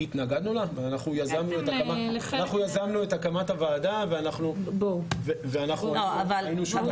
אנחנו יזמנו את הקמת הוועדה ואנחנו היינו שותפים.